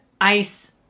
ice